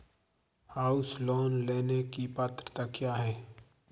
House loan लेने की पात्रता क्या है?